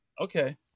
Okay